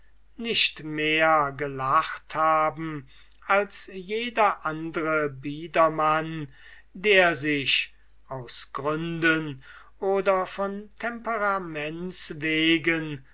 nicht mehr gelacht haben als jeder andre biedermann der sich aus gründen oder von temperaments